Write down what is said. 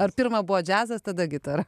ar pirma buvo džiazas tada gitara